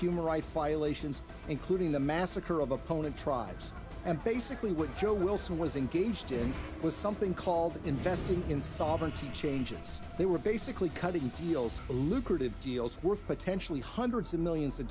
human rights violations including the massacre of opponent tribes and basically what joe wilson was engaged in it was something called investing in sovereignty changes they were basically cutting deals for lucrative deals worth potentially hundreds of millions of